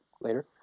later